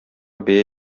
бәя